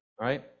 right